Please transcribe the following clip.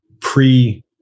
pre